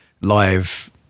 live